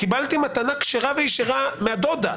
קיבלתי מתנה כשרה וישרה מהדודה,